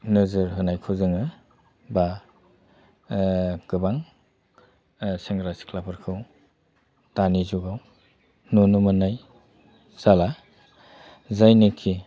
नोजोर होनायखौ जोङो बा गोबां सेंग्रा सिख्लाफोरखौ दानि जुगाव नुनो मोननाय जाला जायनोखि